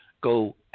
go